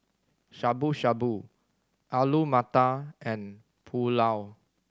Shabu Shabu Alu Matar and Pulao